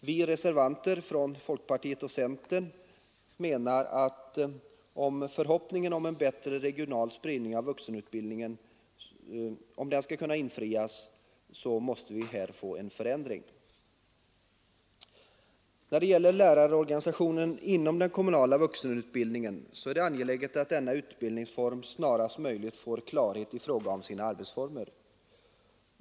Vi reservanter från folkpartiet och centern menar att en förändring måste ske, om förhoppningen om en bättre regional spridning av vuxenutbildningen skall kunna infrias. När det gäller lärarorganisationen inom den kommunala vuxenutbildningen är det angeläget att denna utbildningsform snarast möjligt får klarhet i sina arbetsformer.